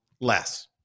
less